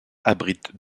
abrite